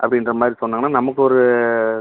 அப்படின்ற மாதிரி சொன்னாங்கன்னால் நமக்கு ஒரு